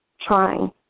trying